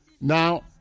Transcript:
Now